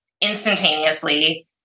instantaneously